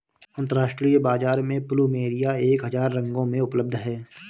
अंतरराष्ट्रीय बाजार में प्लुमेरिया एक हजार रंगों में उपलब्ध हैं